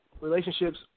relationships